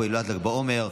הילולת ל"ג בעומר,